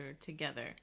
together